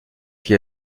qui